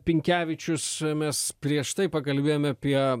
pinkevičius e mes prieš tai pakalbėjom apie